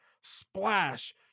Splash